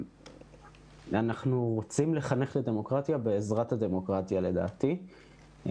אנחנו רוצים לחנך לדמוקרטיה בעזרת הדמוקרטיה לדעתי,